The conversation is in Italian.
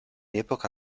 epoca